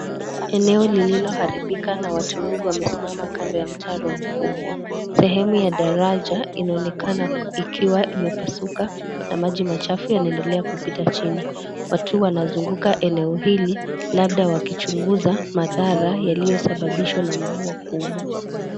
Eneo lililoharibika na watu wengi wamesimama kando ya mtaro mkubwa . Sehemu ya daraja inaonekana ikiwa imepasuka na maji machafu yanaendelea kupitia chini . Watu wanazunguka eneo hili labda wakichunguza madhara yaliyosababishwa na mvua kubwa.